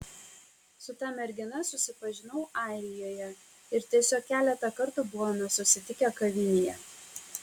su ta mergina susipažinau airijoje ir tiesiog keletą kartų buvome susitikę kavinėje